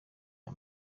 aya